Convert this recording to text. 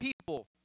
people